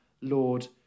Lord